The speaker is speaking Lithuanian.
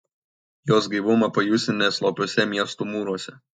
jos gaivumą pajusi ne slopiuose miestų mūruose